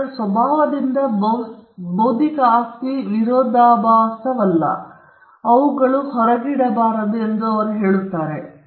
ಅದರ ಸ್ವಭಾವದಿಂದ ಬೌದ್ಧಿಕ ಆಸ್ತಿಯು ವಿರೋಧಾಭಾಸವಲ್ಲ ಮತ್ತು ಅವುಗಳು ಹೊರಗಿಡಬಾರದು ಎಂದು ಅವರು ಹೇಳುತ್ತಾರೆ